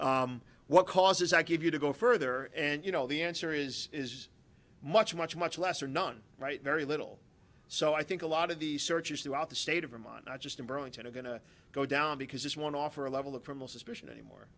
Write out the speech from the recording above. ago what causes i give you to go further and you know the answer is is much much much less or none right very little so i think a lot of these searches throughout the state of vermont not just in burlington are going to go down because this one offer a level of formal suspicion anymore